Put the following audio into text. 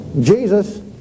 Jesus